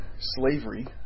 slavery